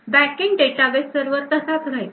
Backend database server तसाच राहील